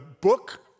book